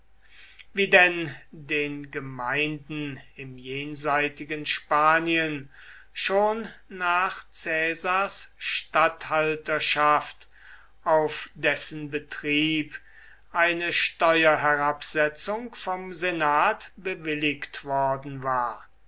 wie denn den gemeinden im jenseitigen spanien schon nach caesars statthalterschaft auf dessen betrieb eine steuerherabsetzung vom senat bewilligt worden war